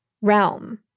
realm